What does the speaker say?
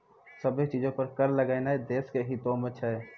सभ्भे चीजो पे कर लगैनाय देश के हितो मे छै